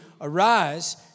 Arise